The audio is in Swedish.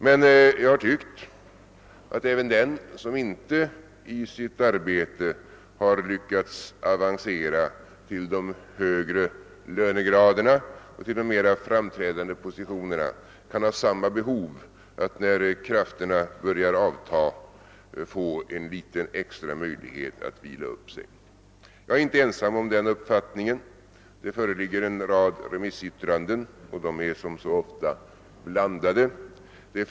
Men jag tycker att även den som inte i sitt arbete har lyckats avancera till de högre lönegraderna och till de mera framträdande positionerna kan ha samma behov, när krafterna börjar avta, av en liten extra möjlighet att vila upp sig. Jag är inte ensam om den uppfattningen. Det föreligger en rad remissyttranden, och där har som så ofta givits uttryck för olika uppfattningar.